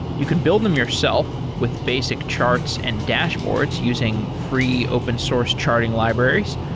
you can build them yourself with basic charts and dashboards using free open source charting libraries,